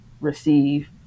receive